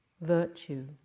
virtue